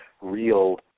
real